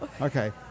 Okay